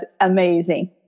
amazing